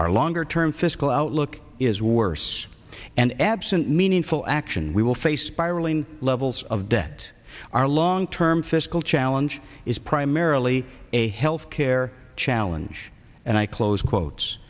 our longer term fiscal outlook is worse and absent meaningful action we will face spiraling levels of debt our long term fiscal challenge is primarily a health care challenge and i close quotes